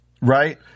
right